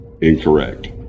incorrect